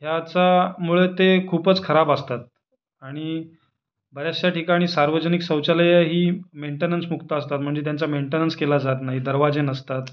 ह्याच्यामुळे ते खूपच खराब असतात आणि बऱ्याच्याशा ठिकाणी सार्वजनिक शौचालयही मेन्टेनन्स मुक्त असतात म्हणजे त्यांचा मेन्टेनन्स केला जात नाही दरवाजे नसतात